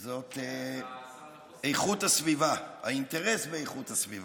זה איכות הסביבה, האינטרס באיכות הסביבה.